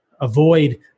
avoid